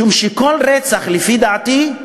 משום שכל רצח, לפי דעתי,